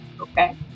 Okay